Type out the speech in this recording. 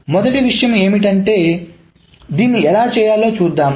మొదటి విషయం ఏమిటంటే దీన్ని ఎలా చేయాలో చూద్దాం